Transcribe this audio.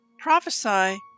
Prophesy